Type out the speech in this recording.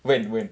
when when